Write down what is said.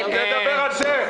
תדבר על זה.